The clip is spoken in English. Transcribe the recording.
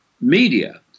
media